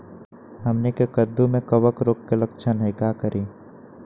हमनी के कददु में कवक रोग के लक्षण हई का करी?